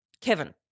Kevin